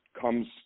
comes